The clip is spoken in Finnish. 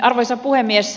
arvoisa puhemies